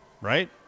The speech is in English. Right